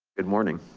good morning.